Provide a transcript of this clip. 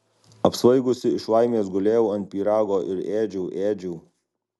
apsvaigusi iš laimės gulėjau ant pyrago ir ėdžiau ėdžiau